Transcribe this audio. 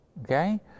okay